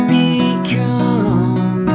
become